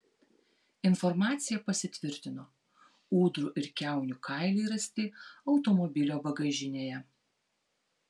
informacija pasitvirtino ūdrų ir kiaunių kailiai rasti automobilio bagažinėje